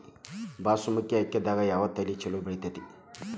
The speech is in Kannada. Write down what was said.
ಬಾಸುಮತಿ ಅಕ್ಕಿದಾಗ ಯಾವ ತಳಿ ಛಲೋ ಬೆಳಿತೈತಿ?